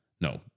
no